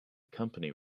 company